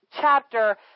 chapter